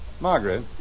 Margaret